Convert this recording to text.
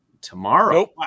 Tomorrow